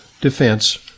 defense